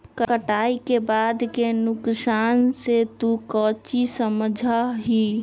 कटाई के बाद के नुकसान से तू काउची समझा ही?